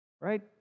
Right